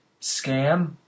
scam